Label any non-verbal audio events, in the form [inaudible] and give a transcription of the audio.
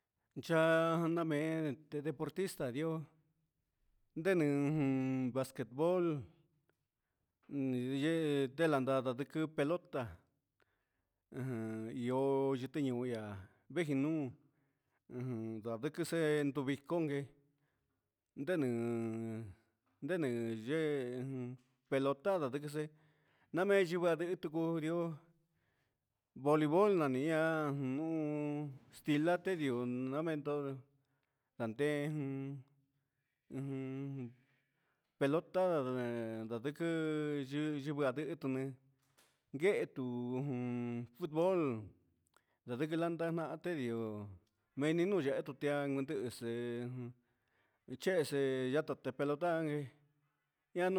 Cha nda ja ndaa mee desportista ndioo basquetbol yee delatel nda siquɨ pelota io yitɨ ñuun ia veji nuun ujun nda ndiqui see nduvivo gongue nde ne nde yee pelota nda siquisi nda mee yuu va tihi tucu yoo bolibol nani ia pilate ta ndee jun ujun pelota nda siqui yɨ yɨvɨ quehe tu futbolbol nda siqui landa nahan te ndioo me un yehe un tia ndihi sii chihi sii yata pelota. [unintelligible]